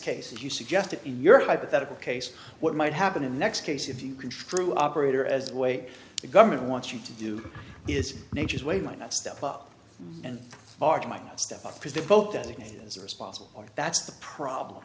case as you suggested in your hypothetical case what might happen in the next case if you can screw operator as way the government wants you to do is nature's way might not step up and bargain might step up because the pope designated as a responsible or that's the problem